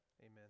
amen